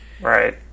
right